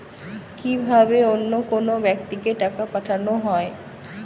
কি ভাবে অন্য কোনো ব্যাক্তিকে টাকা পাঠানো হয়?